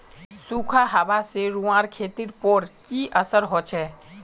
सुखखा हाबा से रूआँर खेतीर पोर की असर होचए?